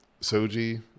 Soji